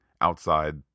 outside